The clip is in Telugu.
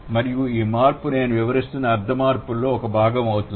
మరియు ఈ మార్పు నేను వివరిస్తున్న అర్థ మార్పులో ఒక భాగం అవుతుంది